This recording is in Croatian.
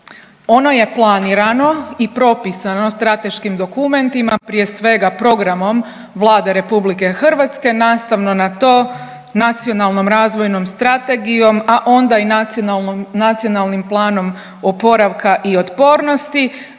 Ono je planirano i propisano strateškim dokumentima, prije svega programom Vlade RH nastavno na to Nacionalnom razvojnom strategijom, a onda i NPOO, strateškim dokumentom koji